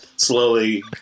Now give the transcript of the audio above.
slowly